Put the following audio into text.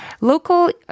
local